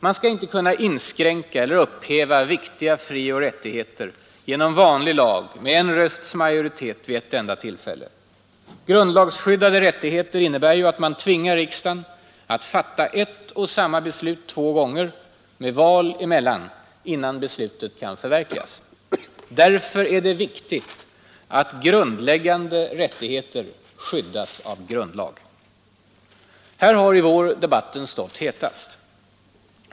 Man skall inte kunna inskränka eller upphäva viktiga frioch rättigheter genom vanlig lag med en rösts majoritet vid ett enda tillfälle. Grundlags skyddade rättigheter innebär ju att man tvingar riksdagen att fatta ett och samma beslut två gånger, med val emellan, innan beslutet kan förverkligas. Därför är det viktigt att grundläggande rättigheter skyddas av grundlag. Här har i vår debatten stått hetast.